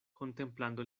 contemplando